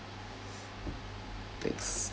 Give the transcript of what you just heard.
thanks